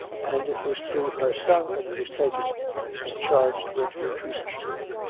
and it was through her son that he was taken and charged with recusancy.